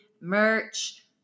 merch